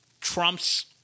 Trump's